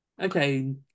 Okay